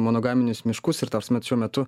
monogaminius miškus ir ta prasme šiuo metu